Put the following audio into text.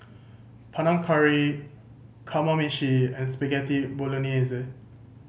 Panang Curry Kamameshi and Spaghetti Bolognese